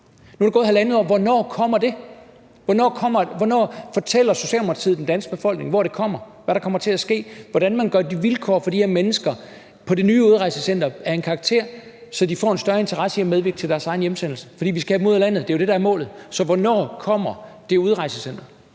Nu er der gået halvandet år – hvornår kommer det? Hvornår fortæller Socialdemokratiet den danske befolkning, hvornår det kommer, hvad der kommer til at ske, hvordan man gør de vilkår for de her mennesker på det nye udrejsecenter af en karakter, så de får en større interesse i at medvirke til deres egen hjemsendelse? For vi skal have dem ud af landet; det er jo det, der er målet. Så hvornår kommer det udrejsecenter?